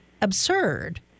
absurd